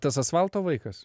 tas asfalto vaikas